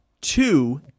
two